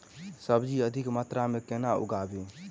सब्जी अधिक मात्रा मे केना उगाबी?